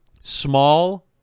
Small